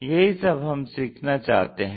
यही सब हम सीखना चाहते हैं